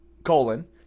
Colon